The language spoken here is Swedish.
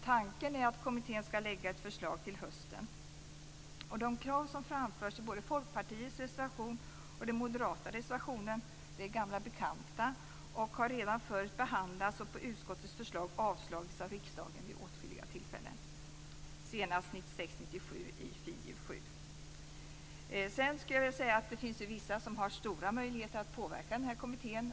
Tanken är att kommittén skall lägga fram ett förslag till hösten. De krav som framförs i både Folkpartiets reservation och i den moderata reservationen är gamla bekanta som redan tidigare har behandlats och på utskottet förslag avslagits av riksdagen vid åtskilliga tillfällen, senast i betänkande 1996/97:FiU7. Det finns ju vissa som har stora möjligheter att påverka denna kommitté.